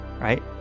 right